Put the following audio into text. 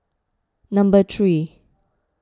number three